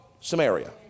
Samaria